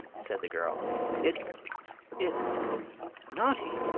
said the girl it's it's naughty!